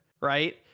right